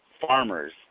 farmers